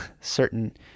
certain